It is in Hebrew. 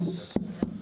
יישר כוח.